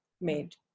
made